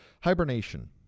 Hibernation